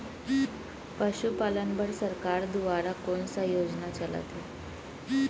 पशुपालन बर सरकार दुवारा कोन स योजना चलत हे?